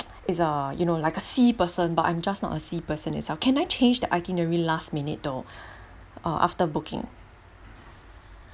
is uh you know like a sea person but I'm just not a sea person itself can I change the itinerary last minute tho uh after booking